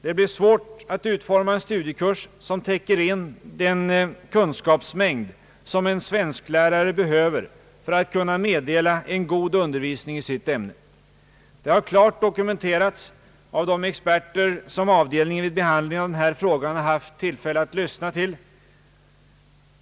Det blir svårt att utforma en studiekurs som täcker in den kunskapsmängd som en svensklärare behöver för att kunna meddela en god undervisning i sitt ämne. Det har klart dokumenterats av de experter som avdelningen vid behandlingen av denna fråga haft tillfälle att lyssna till.